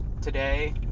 today